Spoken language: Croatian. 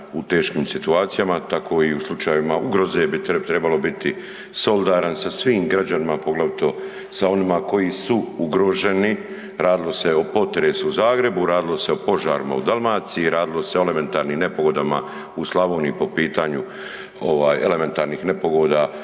u teškim situacijama tako i u slučajevima ugroze bi trebalo biti solidaran sa svim građanima, a poglavito sa onima koji su ugroženi radilo se o potresu u Zagrebu, radilo se o požarima u Dalmaciji, radilo se o elementarnim nepogodama u Slavoniji po pitanju ovaj elementarnih nepogoda